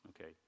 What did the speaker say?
Okay